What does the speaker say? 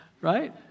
Right